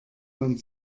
man